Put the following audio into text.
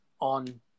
On